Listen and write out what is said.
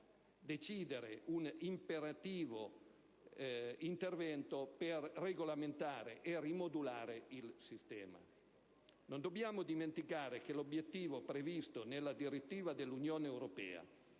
decidere un intervento imperativo per regolamentare e rimodulare il sistema. Non dobbiamo dimenticare che l'obiettivo previsto nella direttiva dell'Unione europea